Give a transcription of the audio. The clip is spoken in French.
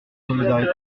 solidarité